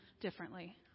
differently